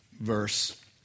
verse